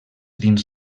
dins